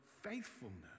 faithfulness